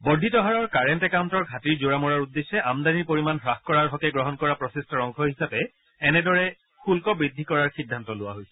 বৰ্ধিত হাৰৰ কাৰেণ্ট একাউণ্টৰ ঘাটিৰ জোৰা মৰাৰ উদ্দেশ্যে আমদানিৰ পৰিমাণ হ্ৰাস কৰাৰ হকে গ্ৰহণ কৰা প্ৰচেষ্টাৰ অংশ হিচাপে এনেদৰে শুল্ক বৃদ্ধি কৰাৰ সিদ্ধান্ত লোৱা হৈছে